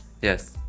Yes